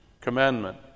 commandment